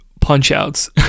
punch-outs